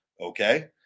Okay